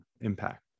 impact